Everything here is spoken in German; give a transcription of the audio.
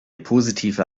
positive